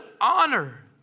honor